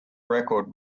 record